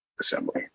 assembly